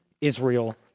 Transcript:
Israel